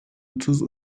otuz